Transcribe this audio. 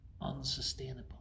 unsustainable